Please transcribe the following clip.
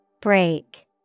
Break